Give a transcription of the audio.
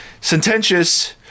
Sententious